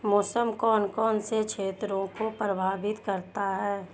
मौसम कौन कौन से क्षेत्रों को प्रभावित करता है?